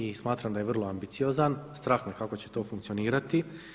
I smatram da je vrlo ambiciozan, strah me kako će to funkcionirati.